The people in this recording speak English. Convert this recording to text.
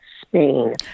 spain